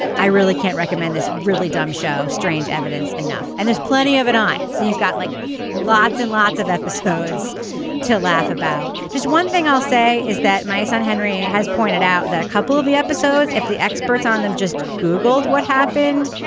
i really can't recommend this really dumb show. strange evidence enough. and there's plenty of it on. so you've got like lots and lots of episodes to laugh about. just one thing i'll say is that my son henry has pointed out that a couple of the episodes, if the experts on them just googled what happened,